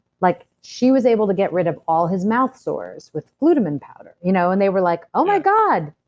like, she was able to get rid of all his mouth sores with glutamine powder. you know and they were like, oh, my god,